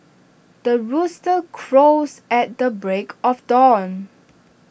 the rooster crows at the break of dawn